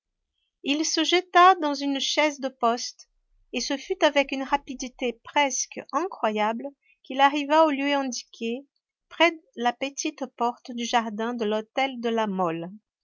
il se jeta dans une chaise de poste et ce fut avec une rapidité presque incroyable qu'il arriva au lieu indiqué près la petite porte du jardin de l'hôtel de la mole